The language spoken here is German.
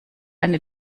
eine